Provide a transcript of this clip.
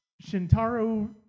Shintaro